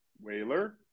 Whaler